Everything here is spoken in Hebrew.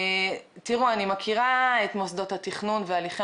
אני מכירה את מוסדות התכנון ואת הליכי